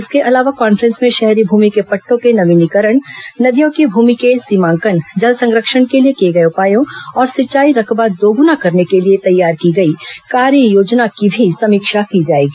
इसके अलावा कॉन्फ्रेंस में शहरी भूमि के पट्टों के नवीनीकरण नदियों की भूमि के सीमांकन जल संरक्षण के लिए किए गए उपायों और सिंचाई रकबा दोगुना करने के लिए तैयार की गई कार्ययोजना की भी समीक्षा की जाएगी